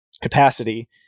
capacity